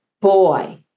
boy